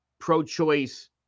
pro-choice